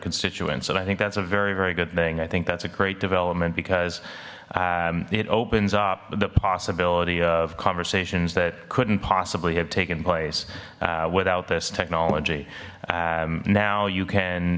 constituents and i think that's a very very good thing i think that's a great development because it opens up the possibility of conversations that couldn't possibly have taken place without this technology now you can